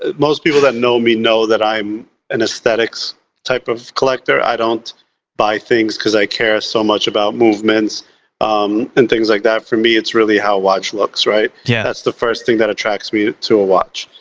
ah most people that know me, know that i'm an aesthetics type of collector. i don't buy things because i care so much about movements um and things like that. for me, it's really how watch looks, right? m yeah j that's the first thing that attracts me to a watch,